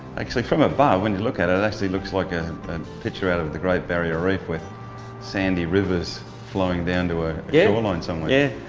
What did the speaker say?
actually from above when you look at it, it actually looks like a picture out of of the great barrier reef with sandy rivers flowing down to a yeah. shore line somewhere. yeah,